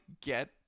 get